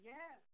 Yes